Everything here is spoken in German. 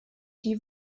die